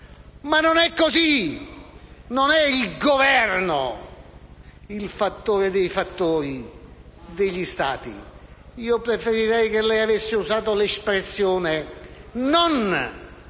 ma non è così. Non è il Governo il fattore dei fattori degli Stati. Preferirei che lei avesse usato un'espressione diversa: